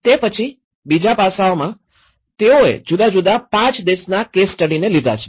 તે પછી બીજા પાસાંમાં તેઓએ જુદા જુદા ૫ દેશના કેસ સ્ટડી લીધા છે